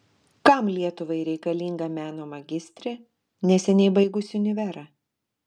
kam lietuvai reikalinga meno magistrė neseniai baigusi univerą